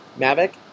Mavic